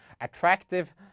attractive